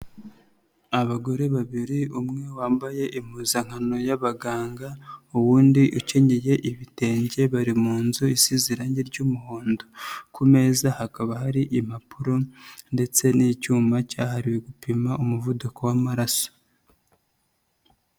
Abagore babiri umwe wambaye impuzankano y'abaganga, uwundi ukenyeye ibitenge, bari mu nzu isize irangi ry'umuhondo. Ku meza hakaba hari impapuro ndetse n'icyuma cyahariwe gupima umuvuduko w'amaraso.